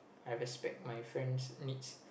I respect my friends' needs